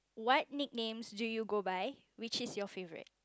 what nicknames do you go by which one is your favourite